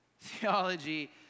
theology